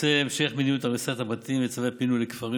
המשך מדיניות הריסת הבתים וצווי הפינוי לכפרים